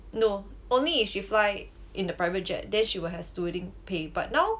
no only if she fly in the private jet then she will have stewarding pay but now